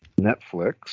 Netflix